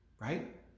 right